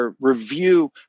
review